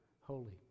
holy